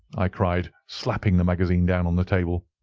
i cried, slapping the magazine down on the table,